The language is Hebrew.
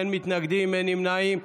אין מתנגדים, אין נמנעים.